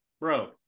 bro